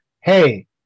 hey